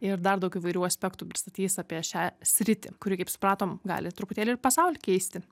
ir dar daug įvairių aspektų pristatys apie šią sritį kuri kaip supratom gali truputėlį ir pasaulį keisti